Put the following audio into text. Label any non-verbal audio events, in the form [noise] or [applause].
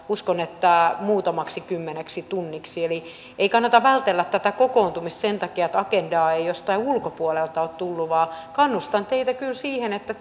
uskon että muutamaksi kymmeneksi tunniksi eli ei kannata vältellä tätä kokoontumista sen takia että agendaa ei jostain ulkopuolelta ole tullut vaan kannustan teitä kyllä siihen että [unintelligible]